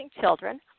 children